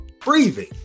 breathing